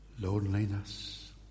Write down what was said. loneliness